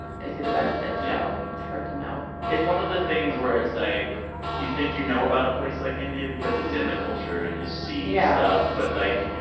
they see the benefits yeah so it's hard to know it's one of the things where it's like you think you know about a place like india because it's in the culture, and you see. yeah. stuff. but, like,